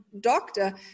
doctor